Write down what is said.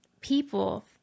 people